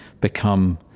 become